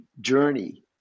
journey